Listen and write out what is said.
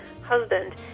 husband